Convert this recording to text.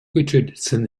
richardson